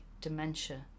dementia